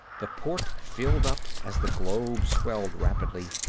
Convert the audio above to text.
the port filled up, as the globe swelled rapidly.